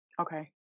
Okay